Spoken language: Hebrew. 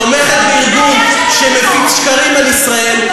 תומכת בארגון שמפיץ שקרים על ישראל,